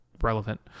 relevant